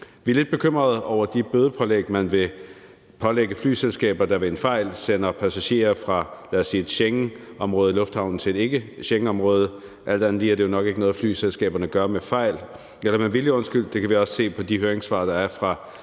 Vi er lidt bekymrede over de bødepålæg, man vil pålægge flyselskaber, der ved en fejl sender passagerer fra, lad os sige en Schengenområdelufthavn til et ikkeschengenområde. Alt andet lige er det jo nok ikke noget, flyselskaberne gør med vilje. Det kan vi også se på de høringsvar, der er fra